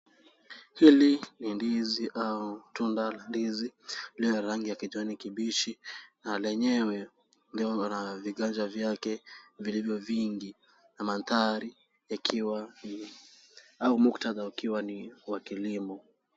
Hili ni ndizi au tunda la ndizi lililo la rangi ya kijani kibichi na lenyewe liko na viganja yake vilivyo vingi. Mandhari yakiwa ni au muktadha ukiwa ni wa kilimo.